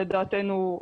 לדעתנו,